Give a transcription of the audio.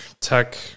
tech